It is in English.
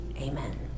amen